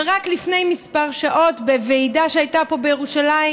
ורק לפני כמה שעות בוועידה שהייתה פה בירושלים,